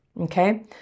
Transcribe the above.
okay